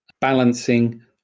balancing